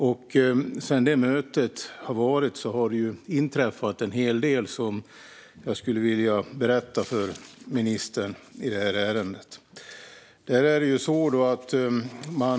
Efter det mötet har det inträffat en hel del som jag skulle vilja berätta för ministern i det här ärendet.